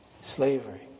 slavery